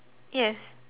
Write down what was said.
yes